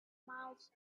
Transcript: miles